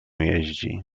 jeździ